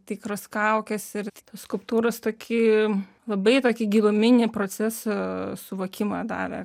tikros kaukės ir tos skulptūros tokį labai tokį giluminį procesų suvokimą davė